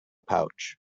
pouch